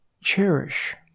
cherish